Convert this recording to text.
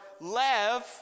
lev